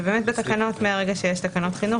ובאמת מרגע שיש תקנות חינוך,